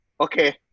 okay